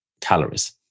calories